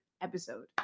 episode